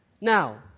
Now